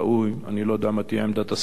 אני לא יודע מה תהיה עמדת השר שישיב,